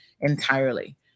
entirely